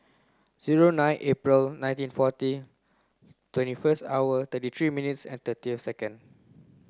zero nine April nineteen forty twenty first hour thirty three minutes and thirty seconds